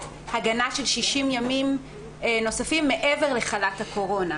הגנה של 60 ימים נוספים מעבר לחל"ת הקורונה,